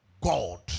god